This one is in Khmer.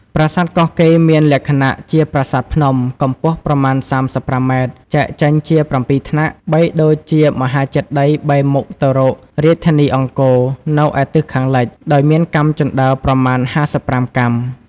ប្រាសាទកោះកេរ្តិ៍ មានលក្ខណៈ ជាប្រាសាទភ្នំ កំពស់ប្រមាណ៣៥ម៉ែត្រ ចែកចេញជា៧ថ្នាក់ បីដូចជាមហាចេតិយ៍បែរមុខទៅរករាជធានីអង្គរ នៅឯទិសខាងលិច ដោយមានកាំជណ្តើរប្រមាណ៥៥កាំ។